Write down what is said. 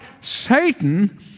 Satan